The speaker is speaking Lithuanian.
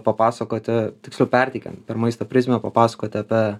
papasakoti tiksliau perteikiant per maisto prizmę papasakoti apie